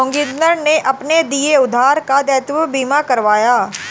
जोगिंदर ने अपने दिए गए उधार का दायित्व बीमा करवाया